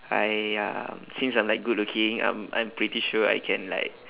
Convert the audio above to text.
I um since I'm like good looking I'm I'm pretty sure I can like